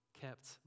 kept